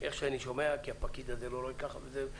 כי הפקיד הזה לא רואה כך ואחרת.